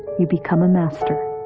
you become a master.